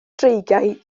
dreigiau